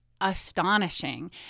astonishing